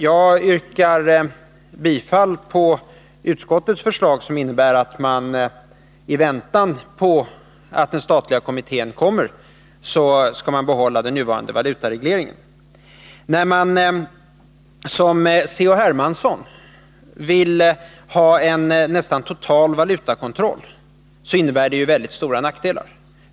Jag yrkar bifall till utskottets förslag, som innebär att man i väntan på den statliga kommitténs förslag skall behålla den nuvarande valutaregleringen. C.-H. Hermanssons förslag om en nästan total valutakontroll innebär mycket stora nackdelar.